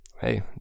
Hey